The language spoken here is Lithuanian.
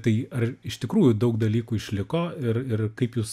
tai ar iš tikrųjų daug dalykų išliko ir ir kaip jūs